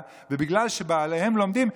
ובגלל שבעליהן לומדים,